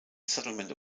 settlement